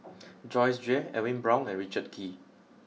Joyce Jue Edwin Brown and Richard Kee